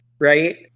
right